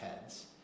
heads